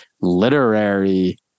literary